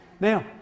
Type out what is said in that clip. Now